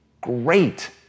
great